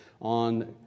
on